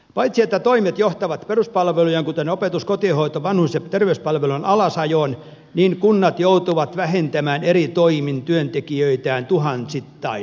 paitsi että toimet johtavat peruspalvelujen kuten opetus kotihoito vanhus ja terveyspalvelujen alasajoon kunnat joutuvat vähentämään eri toimin työntekijöitään tuhansittain